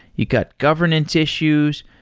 you got governance issues.